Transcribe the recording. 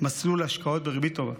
מסלול השקעות בריבית טובה?